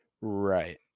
right